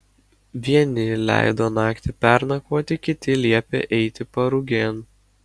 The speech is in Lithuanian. vieni leido naktį pernakvoti kiti liepė eiti parugėn